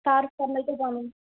تعارُف کرنٲیِتو پَنُن